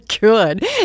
good